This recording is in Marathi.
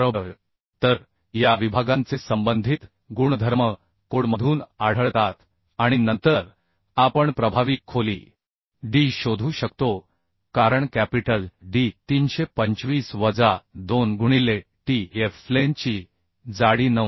बरोबर तर या विभागांचे संबंधित गुणधर्म कोडमधून आढळतात आणि नंतर आपण प्रभावी खोली D शोधू शकतो कारण कॅपिटल D 325 वजा 2 गुणिले T f फ्लेंजची जाडी 9